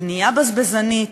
בנייה בזבזנית,